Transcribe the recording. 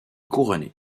couronnée